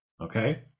okay